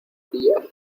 pillar